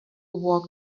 walk